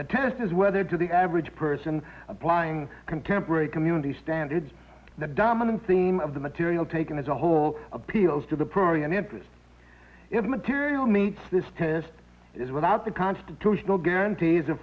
the test is whether to the average person applying contemporary community standards the dominant theme of the material taken as a whole appeals to the primary and interest material needs this test is without the constitutional guarantees